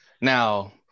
Now